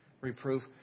reproof